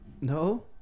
No